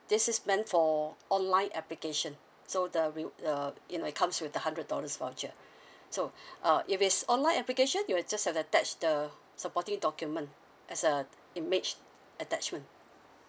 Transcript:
this is meant for online application so the re~ the in it comes with the hundred dollars voucher so uh if it's online application you will just have to attach the supporting document as uh image attachment